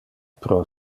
pro